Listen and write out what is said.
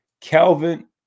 Kelvin